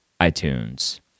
iTunes